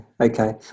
Okay